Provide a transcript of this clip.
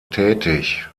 tätig